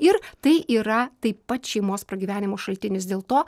ir tai yra taip pat šeimos pragyvenimo šaltinis dėl to